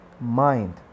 mind